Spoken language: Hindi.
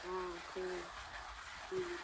हाँ ठीक ठीक